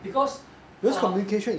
because err